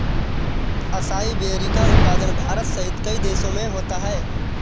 acai berry का उत्पादन भारत सहित कई देशों में होता है